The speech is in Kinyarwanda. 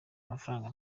mafaranga